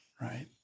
right